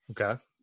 Okay